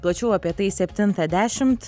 plačiau apie tai septintą dešimt